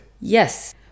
Yes